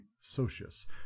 socius